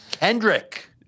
Kendrick